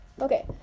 Okay